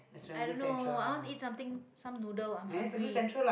i don't know i want to eat something some noodle i'm hungry